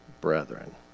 brethren